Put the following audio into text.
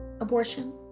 abortion